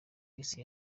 y’isi